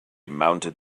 mounted